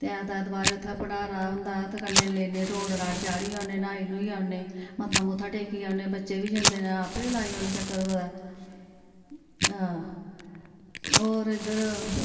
ते ऐत ऐतवारें उ'त्थें भंडारा होंदा ते कन्नै लौने रोट राट चाढ़ी औने न्हाई न्हूई औने मत्था मुत्था टेकी औने बच्चे बी जंदे न आपें बी लाई औने चक्कर कुदै अं ते होर इद्धर